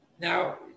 Now